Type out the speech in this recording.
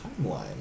timeline